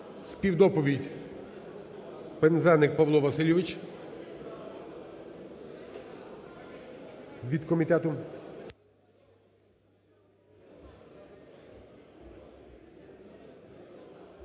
Співдоповідь: Пинзеник Павло Васильович від комітету.